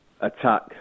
attack